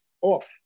off